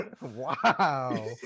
Wow